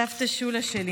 סבתא שולה שלי